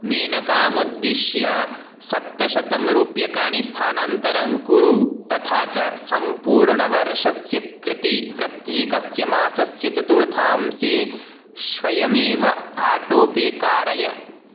मेनकामुद्दिश्य सप्तशतं रूप्यकाणि स्थानान्तरं कुरु तथा च सम्पूर्णवर्षस्य कृते प्रत्येकस्य मासस्य चतुर्थांशे स्वयमेव आटो पे कारय